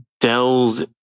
Dell's